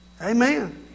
Amen